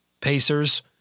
Pacers